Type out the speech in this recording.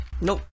Nope